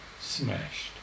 smashed